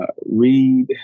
read